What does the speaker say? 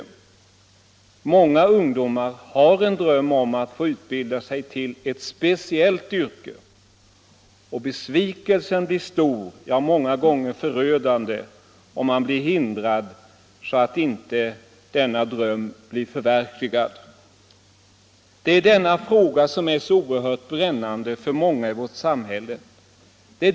Många ungdomar drömmer om att utbilda sig till ett speciellt yrke, och besvikelsen blir stor, ja, många gånger förödande, om de blir hindrade, så att denna dröm inte kan bli förverkligad. Denna fråga är oerhört brännande för många i vårt samhälle.